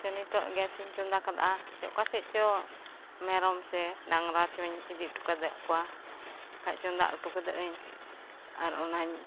ᱥᱮ ᱱᱤᱛᱚᱜ ᱜᱮᱥᱤᱧ ᱪᱚᱸᱫᱟ ᱠᱟᱫᱟᱜᱼᱟ ᱥᱮ ᱚᱠᱟ ᱥᱮᱫᱪᱚ ᱢᱮᱨᱚᱢ ᱥᱮ ᱰᱟᱝᱨᱟᱪᱚᱧ ᱤᱫᱤ ᱦᱚᱴᱚ ᱠᱮᱫ ᱠᱚᱣᱟ ᱵᱟᱠᱷᱟᱡ ᱪᱚᱸᱫᱟ ᱦᱚᱴᱚ ᱠᱟᱹᱫᱟᱹᱧ ᱟᱨ ᱚᱱᱟᱧ